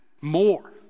more